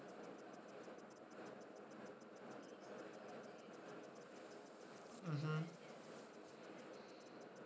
mmhmm